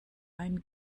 einen